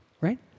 right